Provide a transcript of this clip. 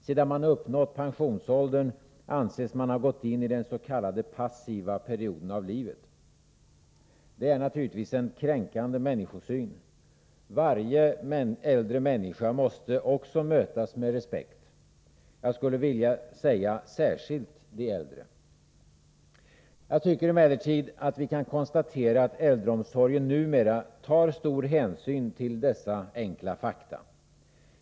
Sedan man uppnått pensionsåldern anses man ha gått in i den s.k. passiva perioden av livet. Det är naturligtvis en kränkande människosyn. Varje äldre människa måste också mötas med respekt — jag skulle vilja säga särskilt de äldre. Jag tycker emellertid att vi kan konstatera att äldreomsorgen numera tar stor hänsyn till dessa enkla fakta.